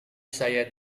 saya